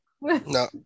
No